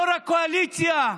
יו"ר הקואליציה,